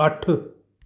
ਅੱਠ